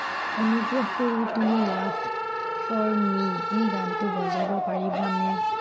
অনুগ্ৰহ কৰি তুমি লাভ ফৰ মি এই গানটো বজাব পাৰিবানে